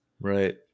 Right